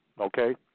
Okay